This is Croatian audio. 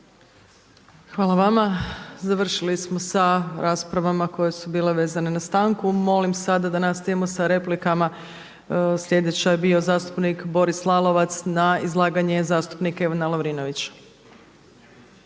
Hvala vam. Završili smo sa raspravama koje su bile vezane na stanku. Molim sada da nastavimo sa replikama. Sljedeći je bio zastupnik Boris Lalovac na izlaganje zastupnika Ivana Lovrinovića.